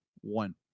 One